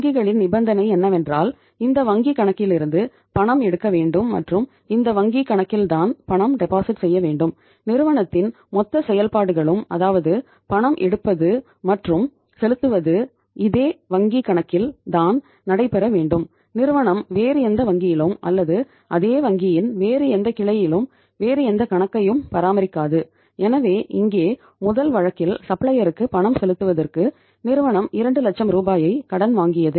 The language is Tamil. வங்கிகளின் நிபந்தனை என்னவென்றால் இந்த வாங்கி கணக்கிலிருந்து பணம் எடுக்க வேண்டும் மற்றும் இந்த வாங்கி கணக்கில் தான் பணம் டெபாசிட் பணம் செலுத்துவதற்கு நிறுவனம் 2 லட்சம் ரூபாயை கடன் வாங்கியது